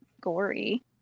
gory